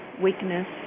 weakness